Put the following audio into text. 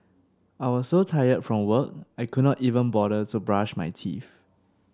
I was so tired from work I could not even bother to brush my teeth